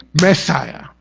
Messiah